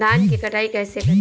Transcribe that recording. धान की कटाई कैसे करें?